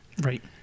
Right